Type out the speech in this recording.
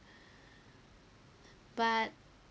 but